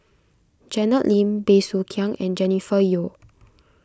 Janet Lim Bey Soo Khiang and Jennifer Yeo